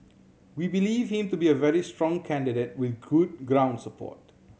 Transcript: we believe him to be a very strong candidate with good ground support